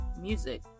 music